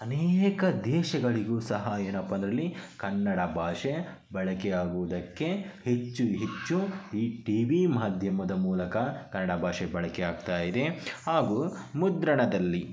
ಅನೇಕ ದೇಶಗಳಿಗೂ ಸಹ ಏನಪ್ಪಾ ಅದರಲ್ಲಿ ಕನ್ನಡ ಭಾಷೆ ಬಳಕೆಯಾಗುವುದಕ್ಕೆ ಹೆಚ್ಚು ಹೆಚ್ಚು ಈ ಟಿ ವಿ ಮಾಧ್ಯಮದ ಮೂಲಕ ಕನ್ನಡ ಭಾಷೆ ಬಳಕೆಯಾಗ್ತಾಯಿದೆ ಹಾಗೂ ಮುದ್ರಣದಲ್ಲಿ